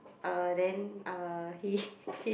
uh then uh he